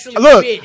look